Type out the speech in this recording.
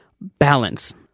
balance